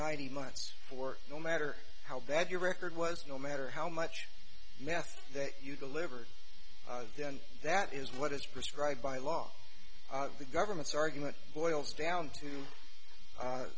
ninety months of work no matter how bad your record was no matter how much math that you delivered then that is what is prescribed by law the government's argument boils down to